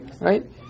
right